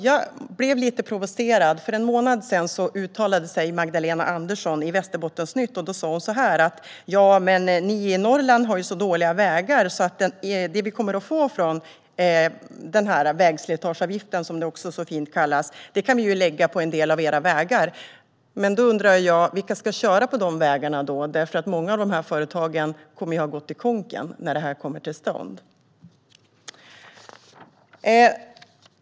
Jag blev lite provocerad för en månad sedan när Magdalena Andersson uttalade sig i Västerbottensnytt. Hon sa att Norrland har så dåliga vägar att det som kommer att komma in från vägslitageavgiften - som den också så fint kallas - kan läggas på en del av vägarna där. Då undrar jag vilka som ska köra på de vägarna. Många av företagen kommer nämligen att ha gått i konkurs när det kommer till stånd.